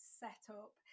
setup